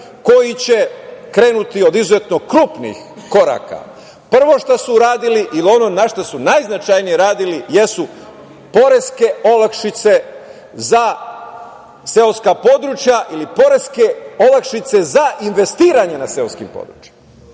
koji će krenuti od izuzetnog krupnih koraka. Prvo šta su uradili ili ono na šta su najznačajnije jesu poreske olakšice za seoska područja ili poreske olakšice za investiranje na seoskim područjima.